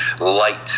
light